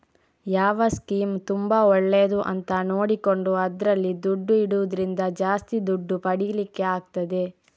ಯಾವ ಸ್ಕೀಮ್ ತುಂಬಾ ಒಳ್ಳೇದು ಅಂತ ನೋಡಿಕೊಂಡು ಅದ್ರಲ್ಲಿ ದುಡ್ಡು ಇಡುದ್ರಿಂದ ಜಾಸ್ತಿ ದುಡ್ಡು ಪಡೀಲಿಕ್ಕೆ ಆಗ್ತದೆ